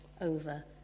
over